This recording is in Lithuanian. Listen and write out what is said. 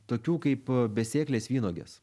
tokių kaip besėklės vynuogės